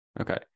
okay